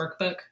workbook